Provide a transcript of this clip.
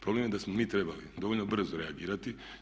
Problem je da smo mi trebali dovoljno brzo reagirati.